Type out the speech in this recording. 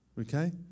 Okay